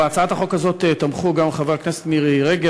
בהצעת החוק הזאת תמכו גם חברי הכנסת מירי רגב,